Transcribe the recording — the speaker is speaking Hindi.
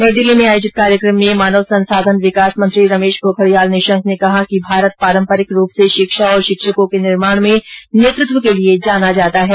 नई दिल्ली में आयोजित कार्यक्रम में मानव संसाधन विकास मंत्री रमेश पोखरियाल ने कहा भारत पारम्परिक रूप से शिक्षा और शिक्षकों के निर्माण में नेतृत्व के लिए जाना जाता है